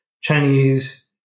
Chinese